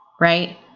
Right